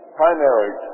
primary